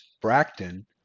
Bracton